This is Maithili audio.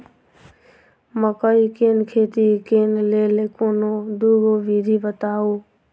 मकई केँ खेती केँ लेल कोनो दुगो विधि बताऊ?